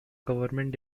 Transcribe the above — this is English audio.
government